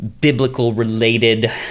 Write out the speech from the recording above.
biblical-related